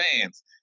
fans